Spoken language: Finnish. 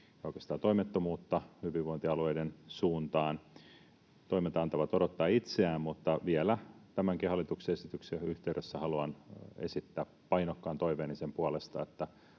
tai oikeastaan toimettomuutta — hyvinvointialueiden suuntaan. Toimet antavat odottaa itseään. Mutta vielä tämänkin hallituksen esityksen yhteydessä haluan esittää painokkaan toiveeni sen puolesta,